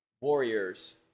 Warriors